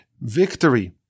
victory